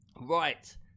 Right